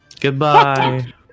Goodbye